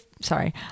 Sorry